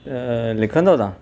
लिखंदो तव्हां